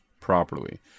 properly